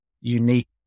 unique